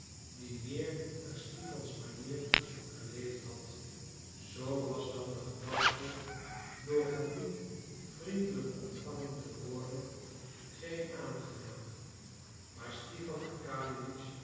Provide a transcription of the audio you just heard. die meer naar stipans manier geleefd had zoo was dan de gedachte door hem niet vriendelijk ontvangen te worden geen aangename maar stipan arkadiewitsch